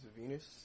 Venus